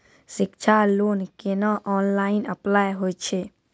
शिक्षा लोन केना online apply होय छै?